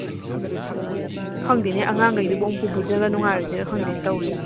ꯎꯝ ꯈꯪꯗꯦꯅꯦ ꯑꯉꯥꯡꯈꯩꯗꯨꯕꯨ ꯑꯃꯨꯛ ꯄꯨꯕꯤꯗ꯭ꯔꯒ ꯑꯃꯨꯛ ꯅꯨꯡꯉꯥꯏꯔꯣꯏꯗꯣꯏꯔ ꯈꯪꯗꯦꯅꯦ ꯇꯧꯔꯤꯁꯤ